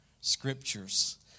scriptures